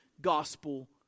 gospel